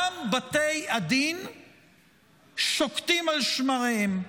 גם בתי הדין שוקטים על שמריהם,